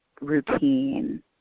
routine